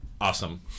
awesome